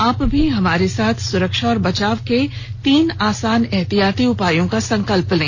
आप भी हमारे साथ सुरक्षा और बचाव के तीन आसान एहतियाती उपायों का संकल्प लें